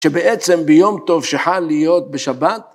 שבעצם ביום טוב שחל להיות בשבת.